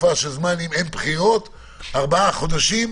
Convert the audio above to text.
תקופה של ארבעה חודשים,